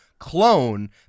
clone